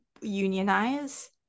unionize